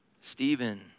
Stephen